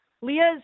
Leah's